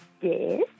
Yes